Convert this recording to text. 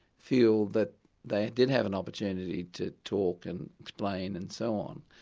feel that they did have an opportunity to talk and explain and so on,